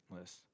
list